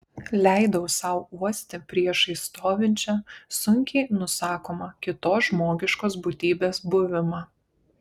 leidau sau uosti priešais stovinčią sunkiai nusakomą kitos žmogiškos būtybės buvimą